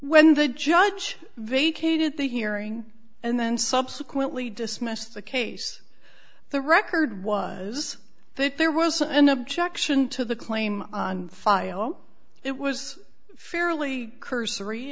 when the judge vacated the hearing and then subsequently dismissed the case the record was that there was an objection to the claim on file it was fairly cursory